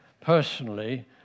personally